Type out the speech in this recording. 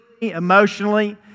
emotionally